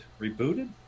rebooted